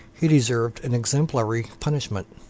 he deserved an exemplary punishment.